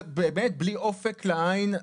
באמת, בלי אופק לעין.